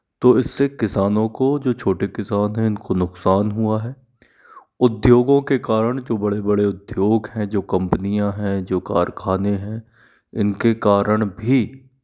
तो इससे किसानों को जो छोटे किसान हैं इनको नुकसान हुआ है उद्योगों के कारण जो बड़े बड़े उद्योग हैं जो कम्पनियां हैं जो कारखाने हैं इनके कारण भी